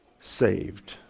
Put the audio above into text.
Saved